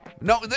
no